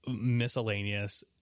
miscellaneous